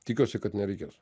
tikiuosi kad nereikės